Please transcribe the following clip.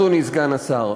אדוני סגן השר,